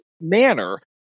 manner